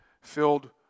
filled